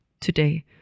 today